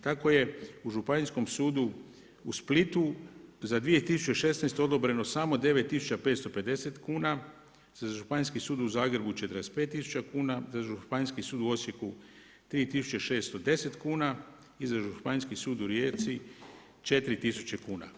Tako je u Županijskom sudu u Splitu za 2016. odobreno samo 9550 kuna, za Županijski sud u Zagrebu 45 tisuća kuna, za Županijski sud u Osijeku 3610 kuna i za Županijski sud u Rijeci 4000 kuna.